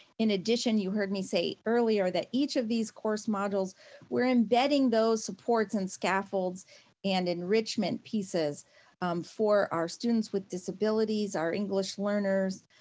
in addition, you heard me say earlier that each of these course modules we're embedding those supports and scaffolds and enrichment pieces for our students with disabilities, our english learners,